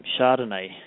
Chardonnay